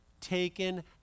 taken